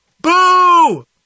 Boo